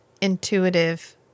intuitive